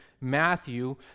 Matthew